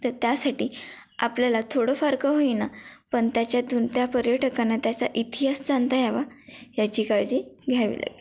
तर त्यासाठी आपल्याला थोडंफार का होईना पण त्याच्यातून त्या पर्यटकांना त्याचा इतिहास सांगता यावा याची काळजी घ्यावी लागली